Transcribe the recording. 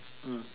mm